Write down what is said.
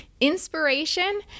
inspiration